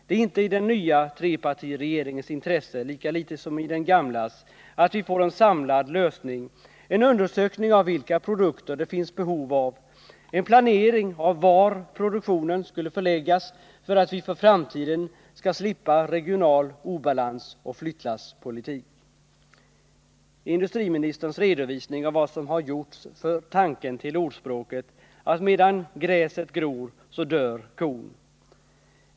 Det är inte i den nya trepartiregeringens intresse, lika litet som det var i den gamlas, att vi får en samlad lösning, en undersökning av vilka produkter det finns behov av och en planering av var produktionen skulle förläggas för att vi för framtiden skall slippa regional obalans och flyttlasspolitik. Industriministerns redovisning av vad som har gjorts för tanken till ordspråket Medan gräset gror dör kon.